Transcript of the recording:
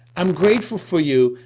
i'm grateful for you,